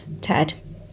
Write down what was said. Ted